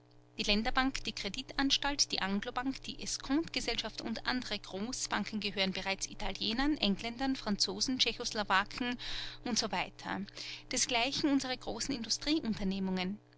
die länderbank die kreditanstalt die anglobank die escompte gesellschaft und andere großbanken gehören bereits italienern engländern franzosen tschechoslowaken und so weiter desgleichen unsere großen